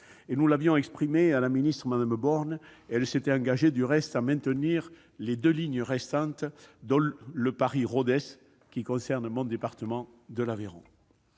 notre crainte à la ministre, Mme Borne, et elle s'était engagée à maintenir les deux lignes restantes, dont le Paris-Rodez, qui concerne mon département de l'Aveyron.